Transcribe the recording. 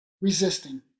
resisting